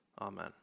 amen